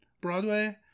broadway